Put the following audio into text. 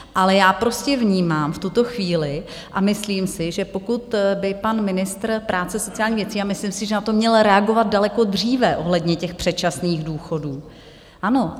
Ale já prostě vnímám v tuto chvíli, a myslím si, že pokud by pan ministr práce a sociálních věcí, a myslím si, že na to měl reagovat daleko dříve ohledně těch předčasných důchodů, ano?